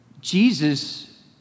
Jesus